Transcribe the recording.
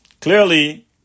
clearly